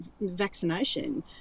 vaccination